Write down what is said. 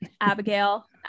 Abigail